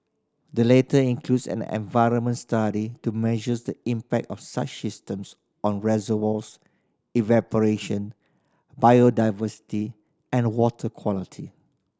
the latter includes an environmental study to measure the impact of such systems on reservoirs evaporation biodiversity and water quality